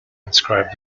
inscribed